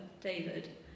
David